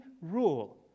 rule